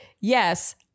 yes